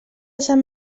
sant